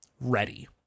ready